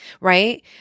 right